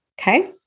Okay